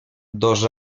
dos